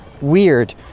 weird